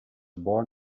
born